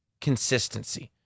consistency